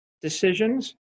decisions